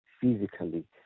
physically